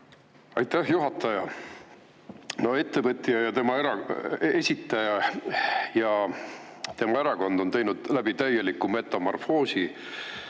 Aitäh, juhataja! Ettevõtja ja tema esitaja ja tema erakond on teinud läbi täieliku metamorfoosi.